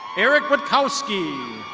erick witcoswski.